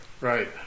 Right